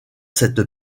cette